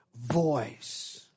voice